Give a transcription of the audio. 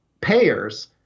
payers